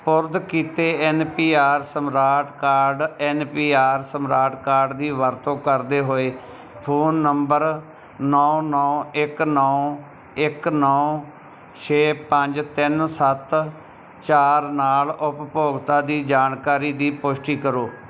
ਸਪੁਰਦ ਕੀਤੇ N P R smart card N P R smart card ਦੀ ਵਰਤੋਂ ਕਰਦੇ ਹੋਏ ਫ਼ੋਨ ਨੰਬਰ ਨੌਂ ਨੌਂ ਇੱਕ ਨੌਂ ਇੱਕ ਨੌਂ ਛੇ ਪੰਜ ਤਿੰਨ ਸੱਤ ਚਾਰ ਨਾਲ ਉਪਭੋਗਤਾ ਦੀ ਜਾਣਕਾਰੀ ਦੀ ਪੁਸ਼ਟੀ ਕਰੋ